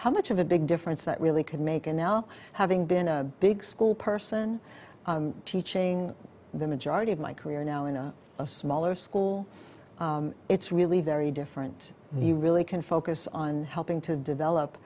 how much of a big difference that really could make and now having been a big school person teaching the majority of my career now in a smaller school it's really very different and you really can focus on helping to develop